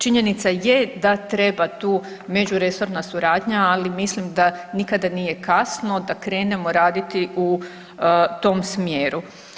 Činjenica je da treba tu međuresorna suradnja, ali mislim da nikada nije kasno da krenemo raditi u tom smjeru.